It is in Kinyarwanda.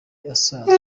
isanzwe